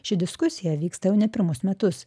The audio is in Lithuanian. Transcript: ši diskusija vyksta jau ne pirmus metus